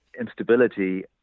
instability